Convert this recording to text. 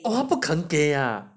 他不肯给啊 ah